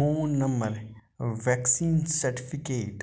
phone number vaccine certificate